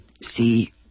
see